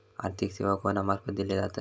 आर्थिक सेवा कोणा मार्फत दिले जातत?